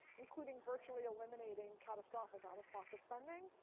including virtually eliminating catastrophic out-of-pocket spending.